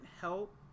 help